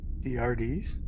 drds